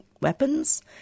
weapons